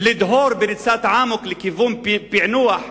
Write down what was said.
לדהור בריצת אמוק, לכיוון פענוח פיגועים,